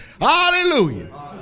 Hallelujah